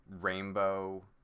Rainbow